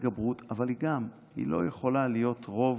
אבל היא גם לא יכולה להיות רוב